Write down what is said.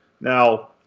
Now